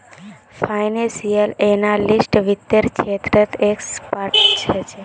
financial analyst वित्त्तेर क्षेत्रत expert ह छे